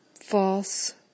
false